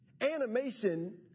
Animation